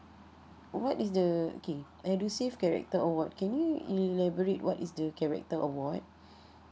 what is the okay edusave character award can you elaborate what is the character award